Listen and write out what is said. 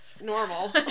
normal